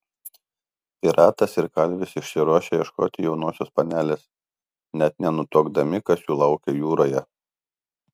piratas ir kalvis išsiruošia ieškoti jaunosios panelės net nenutuokdami kas jų laukia jūroje